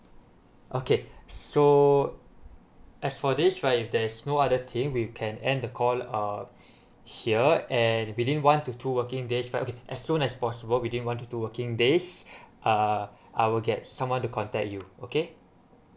okay so as for this right if there's no other thing we can end the call uh here and within one to two working days okay as soon as possible within one to two working days uh I will get someone to contact you okay